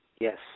Yes